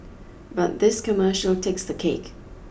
but this commercial takes the cake